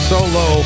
Solo